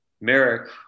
Merrick